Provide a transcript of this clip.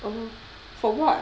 um for what